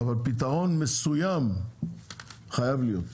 אבל פתרון מסוים חייב להיות,